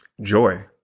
joy